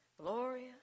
Gloria